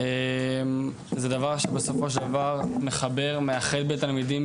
זה דבר שבסופו של דבר מחבר מאחד בין תלמידים,